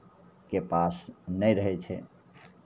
के पास नहि रहै छै